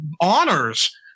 honors